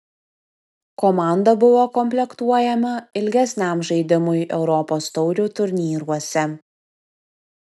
komanda buvo komplektuojama ilgesniam žaidimui europos taurių turnyruose